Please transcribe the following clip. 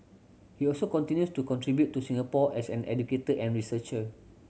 he also continues to contribute to Singapore as an educator and researcher